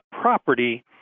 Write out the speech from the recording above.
property